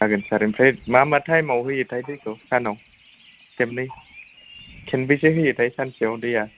जागोन सार आमफ्राय मा मा टाइमाव होयोथाय दैखौ सानाव खेबनै खेनबेसे होयोथाय सानसेयाव दैया